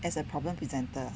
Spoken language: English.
as a problem presenter